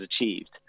achieved